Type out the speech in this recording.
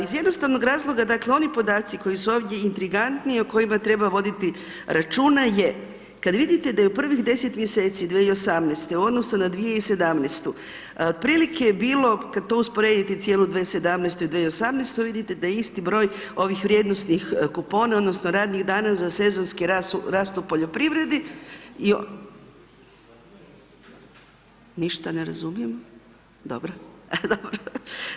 Iz jednostavnog razloga, dakle oni podaci koji su ovdje intrigantni o kojima treba voditi računa je, kad vidite da je u prvih 10 mjeseci 2018. u odnosu na 2017. otprilike je bilo, kad to usporedite cijelu 2017. i 2018., vidite da je isti broj ovih vrijednosnih kupona odnosno radnih dana za sezonski rast u poljoprivredi i ona, ništa ne razumijem, dobro, dobro.